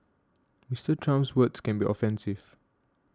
Mister Trump's words can be offensive